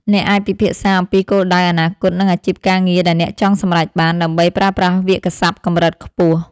អ្នកអាចពិភាក្សាអំពីគោលដៅអនាគត និងអាជីពការងារដែលអ្នកចង់សម្រេចបាន ដើម្បីប្រើប្រាស់វាក្យសព្ទកម្រិតខ្ពស់។